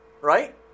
right